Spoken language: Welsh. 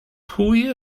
pwy